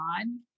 on